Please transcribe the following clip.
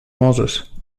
możesz